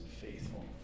faithful